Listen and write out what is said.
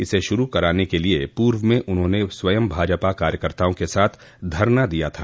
इस शुरू कराने के लिए पूर्व में उन्होंने स्वयं भाजपा कार्यकर्ताओं के साथ धरना दिया था